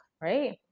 right